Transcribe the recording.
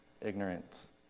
ignorance